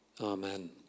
Amen